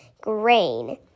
grain